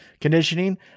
conditioning